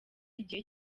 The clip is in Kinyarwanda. igihe